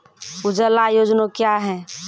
उजाला योजना क्या हैं?